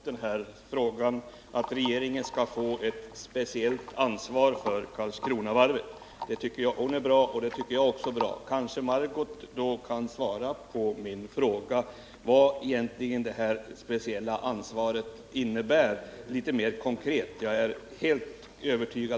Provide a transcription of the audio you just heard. Herr talman! Margot Håkansson tar upp frågan om att regeringen skall få ett speciellt ansvar för Karlskronavarvet. Detta tycker hon är bra, och det tycker också jag är bra. Men Margot Håkansson kanske då kan svara på min fråga, vad det speciella ansvaret egentligen innebär litet mer konkret.